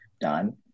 done